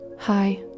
Hi